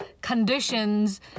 conditions